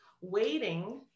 waiting